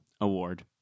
Award